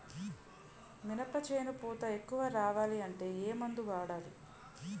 మినప చేను పూత ఎక్కువ రావాలి అంటే ఏమందు వాడాలి?